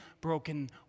broken